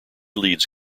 leads